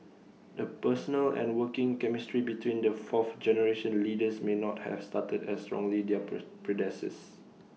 the personal and working chemistry between the fourth generation leaders may not have started as strongly their per predecessors